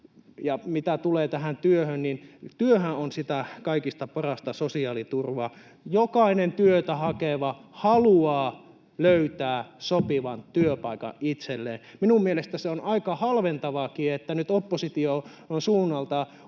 Mitä tulee työhön, niin sehän on kaikista parasta sosiaaliturvaa. Jokainen työtä hakeva haluaa löytää sopivan työpaikan itselleen. Minun mielestäni on aika halventavaakin, että opposition suunnalta